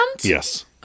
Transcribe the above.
Yes